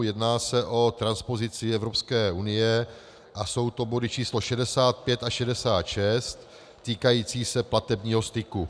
Jedná se o transpozici Evropské unie a jsou to body číslo 65 a 66 týkající se platebního styku.